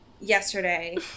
yesterday